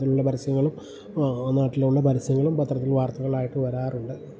അതിലുള്ള പരസ്യങ്ങളും നാട്ടിലുള്ള പരസ്യങ്ങളും പത്രത്തിൽ വാർത്തകളായിട്ട് വരാറുണ്ട്